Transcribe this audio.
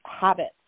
habits